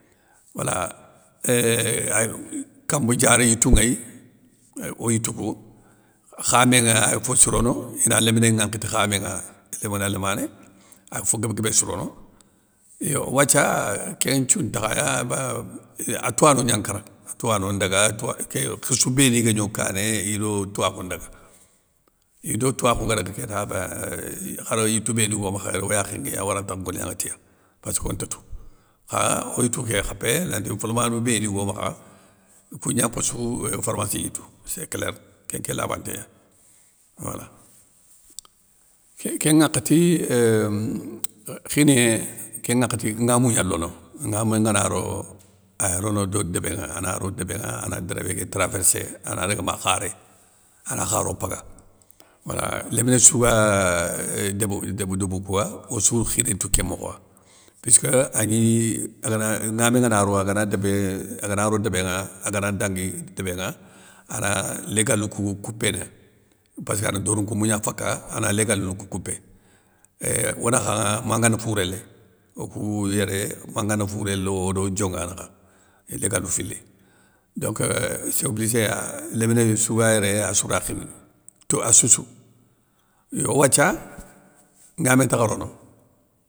Wala ééuhh ay kamb diaréyitou nŋéy oyitou kou, khamé nŋa ay fo sirono, ina léminé nŋwankhi ti khamé ŋa, lémina lamané, ay fo guéb guébé sirono. Yo wathia kén nthiou ntakhaya ahba a touwano gna nkara, a touwano ndaga touwa ké khirssou béni guégno kané ido touwakhou ndaga, ido touwakhou ga daga kéta béinn khar yitou béni go makha o yakhé nguiya o rantakha golignaŋa tiya, passkonta tou, kha oy tou ké kha pé nanti fo lamanou béni go makha i kougna mpossou éuuuh pharmassi gnitou, sé claire kén nké labanté gnani, wala. Ké kén nŋakhati éuuuhh khiŋé kén ŋakhati nŋamou gna lono, nŋamé ngana ro, ay rono do débé nŋa ana ro débé ŋa, ana dérwéé ké travérssé ana daga ma kharé, ana kharou mpaga, wala. Léminé sou ga déb débou kouwa ossou khirintou ké mokhowa, puisskeu agni agana nŋamé ngana ro agana débé agana ro débé nŋa, agana dangui débé nŋa, ana légal ni kou koupéna, passka ni dorin nkoumou gna faka. ana légal ni kou koupé, éuuh onakhanŋa, manga ni fouré léy, okou yéré mangani fouré lo odo dionga nakha, légalou fili, don sé obligé léminé sou ga yéré assou ray khignini, tou assoussou. Yo wathia, ŋamé ntakha rono.